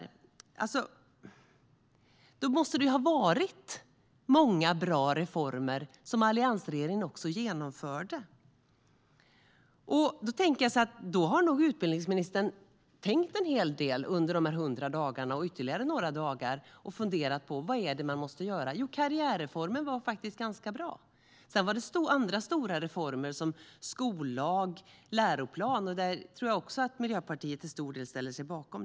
Jag tänker att då måste det ha varit många bra reformer som alliansregeringen genomförde, och då har nog utbildningsministern tänkt en hel del under de här 100 dagarna och ytterligare några dagar. "Vad är det man måste göra? Jo, karriärreformen var faktiskt ganska bra." Sedan genomförde man andra stora reformer som skollag och läroplan, som jag också tror att Miljöpartiet till stor del ställer sig bakom.